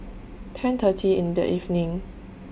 ten thirty in The evening